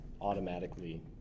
automatically